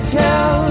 tell